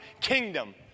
kingdom